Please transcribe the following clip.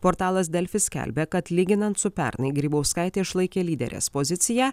portalas delfi skelbia kad lyginant su pernai grybauskaitė išlaikė lyderės poziciją